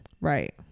right